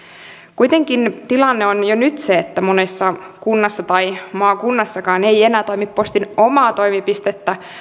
kuitenkin tilanne on jo nyt se että monessa kunnassa tai maakunnassakaan ei enää toimi postin omaa toimipistettä